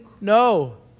No